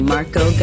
Marco